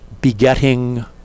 begetting